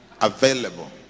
available